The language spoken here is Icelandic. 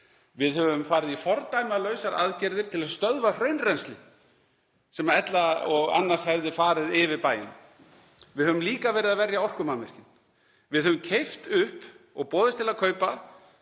Við höfum farið í fordæmalausar aðgerðir til að stöðva hraunrennsli sem annars hefði farið yfir bæinn. Við höfum líka verið að verja orkumannvirki. Við höfum keypt upp og boðist til að kaupa